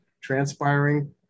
transpiring